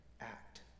act